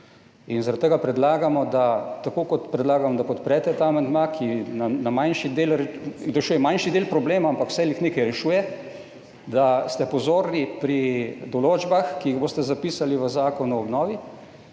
in zaradi tega predlagamo, da, tako kot predlagam, da podprete ta amandma, ki na manjši del in to je še manjši del problema, ampak vseeno nekaj rešuje, da ste pozorni pri določbah, ki jih boste zapisali v Zakonu o obnovi,